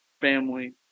family